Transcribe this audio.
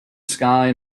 sky